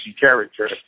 character